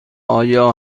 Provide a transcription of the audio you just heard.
آیا